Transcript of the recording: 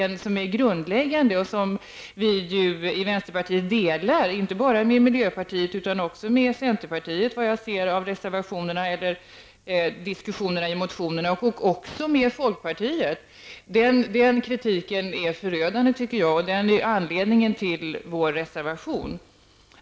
Denna kritik är grundläggande, och den delar vi i vänsterpartiet inte bara med miljöpartiet utan efter vad jag kan förstå av motionerna även med centerpartiet. Vi delar den kritiken även med folkpartiet. Den kritiken är förödande, och den är anledningen till vår reservation.